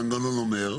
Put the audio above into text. מה אומר המנגנון?